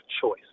choice